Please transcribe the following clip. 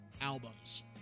albums